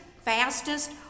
fastest